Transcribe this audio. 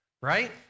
right